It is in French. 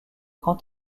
quant